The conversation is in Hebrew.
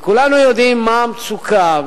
וכולנו יודעים מה המצוקה,